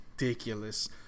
ridiculous